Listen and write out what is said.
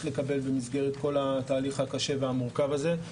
לקבל במסגרת כל התהליך הקשה והמורכב הזה.